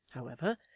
however,